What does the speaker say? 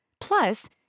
Plus